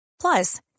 Plus